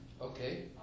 Okay